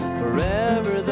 forever